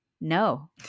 No